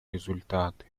результаты